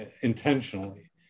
intentionally